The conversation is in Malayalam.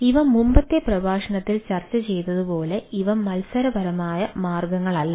ഇവ മുമ്പത്തെ പ്രഭാഷണത്തിൽ ചർച്ച ചെയ്തതുപോലെ ഇവ മത്സരപരമായ മാർഗങ്ങളല്ല